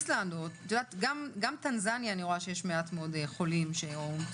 גם טנזניה אני רואה שיש מעט מאוד חולים שאומתו,